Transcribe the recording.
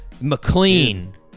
McLean